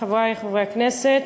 חברי חברי הכנסת,